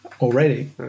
already